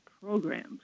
programs